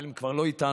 אבל הם כבר לא איתנו,